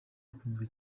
akunzwe